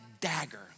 dagger